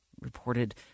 reported